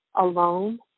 alone